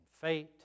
fate